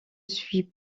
suis